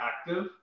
active